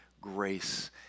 grace